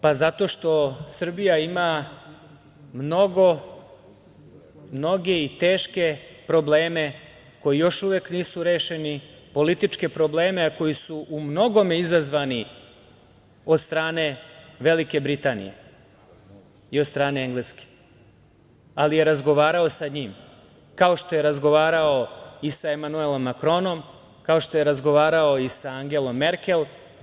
Pa, zato što Srbija ima mnoge i teške probleme koji još uvek nisu rešeni, političke probleme koji su u mnogome izazvani od strane Velike Britanije i od strane Engleske, ali je razgovarao sa njim, kao što je razgovarao i sa Emanuelom Makronom, kao što je razgovarao i sa Angelom Merkel.